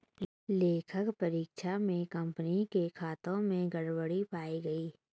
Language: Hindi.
लेखा परीक्षण में कंपनी के खातों में गड़बड़ी पाई गई